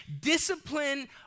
Discipline